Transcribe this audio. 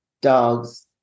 dogs